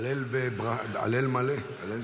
הלל מלא.